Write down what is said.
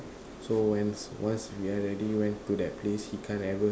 so when once we already went to that place he can't ever